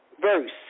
verse